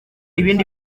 ibindi